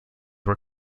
were